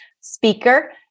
speaker